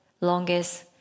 longest